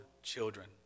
children